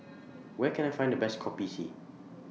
Where Can I Find The Best Kopi C